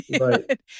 right